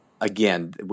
Again